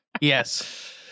Yes